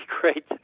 great